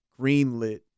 greenlit